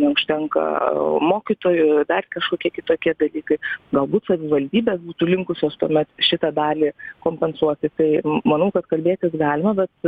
neužtenka mokytojų dar kažkokie kitokie dalykai galbūt savivaldybės būtų linkusios tuomet šitą dalį kompensuoti tai manau kad kalbėtis galima bet